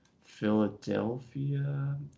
Philadelphia